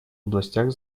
областях